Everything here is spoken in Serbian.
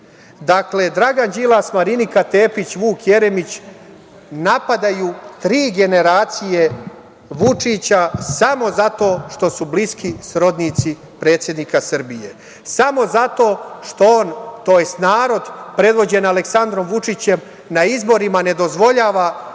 Dakle, Dragan Đilas, Marinika Tepić, Vuk Jeremić napadaju tri generacije Vučića samo zato što su bliski srodnici predsednika Srbije, samo zato što narod predvođen Aleksandrom Vučićem na izborima ne dozvoljava